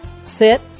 Sit